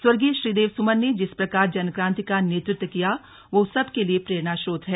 स्वर्गीय श्रीदेव सुमन ने जिस प्रकार जनक्रांति का नेतृत्व किया वह सब के लिए प्रेरणास्रोत है